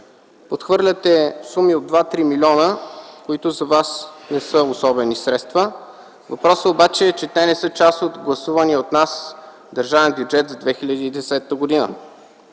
подхвърляте суми от 2-3 милиона, които за вас не са особени средства. Въпросът е обаче, че те не са част от гласувания от нас държавен бюджет за 2010 г.